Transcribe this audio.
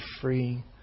free